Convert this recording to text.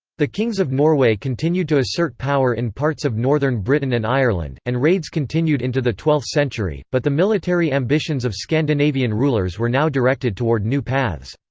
the kings of norway continued to assert power in parts of northern britain and ireland, and raids continued into the twelfth century, but the military ambitions of scandinavian rulers were now directed toward new paths.